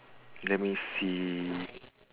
let me see